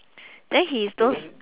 then he is those